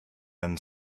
then